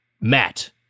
Matt